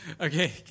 Okay